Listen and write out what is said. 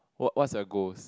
what what's your goals